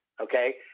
okay